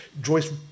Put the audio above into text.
Joyce